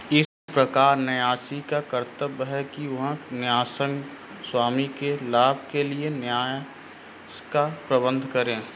इस प्रकार न्यासी का कर्तव्य है कि वह न्यायसंगत स्वामियों के लाभ के लिए न्यास का प्रबंधन करे